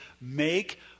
make